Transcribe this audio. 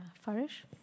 Farish